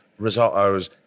risottos